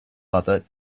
mother